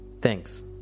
Thanks